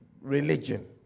religion